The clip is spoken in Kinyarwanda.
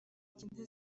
cyenda